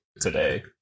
today